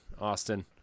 Austin